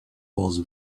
was